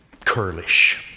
curlish